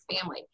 family